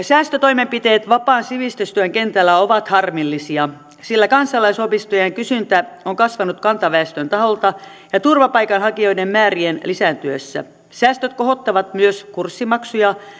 säästötoimenpiteet vapaan sivistystyön kentällä ovat harmillisia sillä kansalaisopistojen kysyntä on kasvanut kantaväestön taholta ja turvapaikanhakijoiden määrien lisääntyessä säästöt kohottavat myös kurssimaksuja